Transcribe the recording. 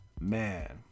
man